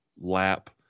lap